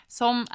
som